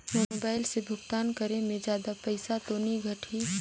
Mobile से भुगतान करे मे जादा पईसा तो नि कटही?